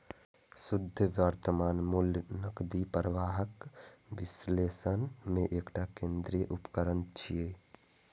शुद्ध वर्तमान मूल्य नकदी प्रवाहक विश्लेषण मे एकटा केंद्रीय उपकरण छियै